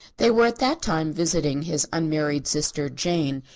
they were at that time visiting his unmarried sister, jane,